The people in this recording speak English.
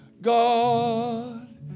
God